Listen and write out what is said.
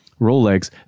Rolex